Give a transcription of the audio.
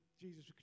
Jesus